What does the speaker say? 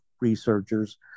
researchers